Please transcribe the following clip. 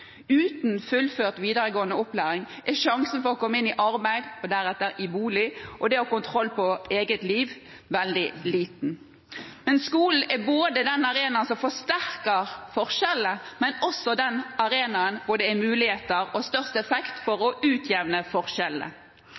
Uten fullført videregående opplæring er sjansen for å komme inn i arbeid, deretter i bolig og få kontroll på eget liv veldig liten. Skolen er en arena som forsterker forskjellene, men den er også en arena hvor det finnes muligheter, og hvor man får størst effekt av å utjevne forskjellene.